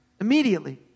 Immediately